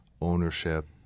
ownership